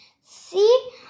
see